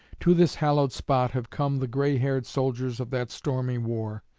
to this hallowed spot have come the gray-haired soldiers of that stormy war,